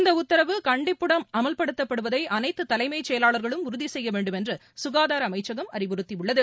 இந்த உத்தரவு கண்டிப்புடன் அமல்படுத்தப்படுவதை அனைத்து தலைமைச் செயலாளர்களும் உறுதி செய்ய வேண்டுமென்று சுகாதார அமைச்சகம் அறிவுறுத்தியுள்ளது